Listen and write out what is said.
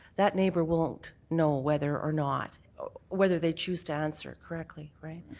that neighbour won't know whether or not whether they choose to answer correctly, right.